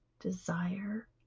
desire